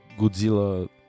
Godzilla